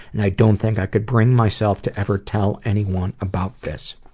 and i don't think i could bring myself to ever tell anyone about this.